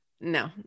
no